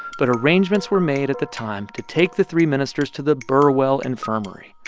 but arrangements were made at the time to take the three ministers to the burwell infirmary.